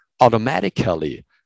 automatically